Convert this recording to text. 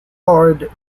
hard